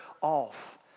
off